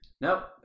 Nope